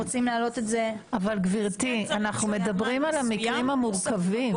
אבל גברתי, אנחנו מדברים על המקרים המורכבים.